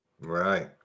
Right